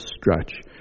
stretch